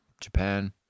Japan